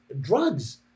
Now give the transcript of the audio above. drugs